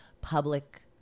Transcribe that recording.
public